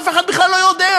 אף אחד בכלל לא יודע,